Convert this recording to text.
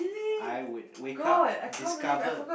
I would wake up discover